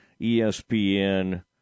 ESPN